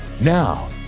Now